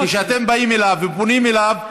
כשאתם באים אליו ופונים אליו,